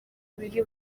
biri